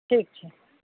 ठीक छै